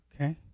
Okay